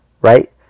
right